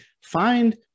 Find